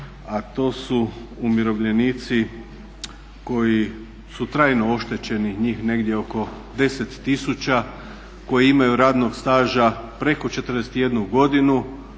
a to su umirovljenici koji su trajno oštećeni, njih negdje oko 10 tisuća, koji imaju radnog staža preko 41 godinu